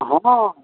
हँ